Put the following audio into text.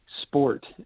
sport